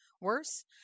Worse